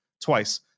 twice